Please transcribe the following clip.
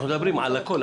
אנחנו מדברים על הכל.